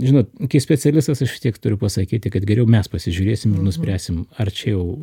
žinot kai specialistas aš tiek turiu pasakyti kad geriau mes pasižiūrėsim nuspręsim ar čia jau